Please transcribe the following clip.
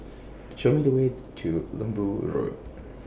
Show Me The ways to Lembu Road